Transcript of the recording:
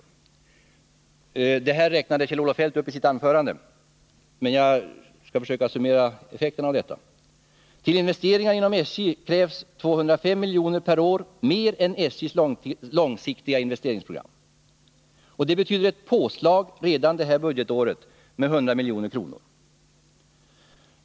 Kjell-Olof Feldt räknade upp detta i sitt anförande, men jag skall försöka summera effekten av det. Till investeringar inom SJ krävs 205 milj.kr. mer per år än SJ:s långsiktiga investeringsprogram. Det betyder ett påslag redan detta budgetår med 100 milj.kr.